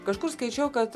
kažkur skaičiau kad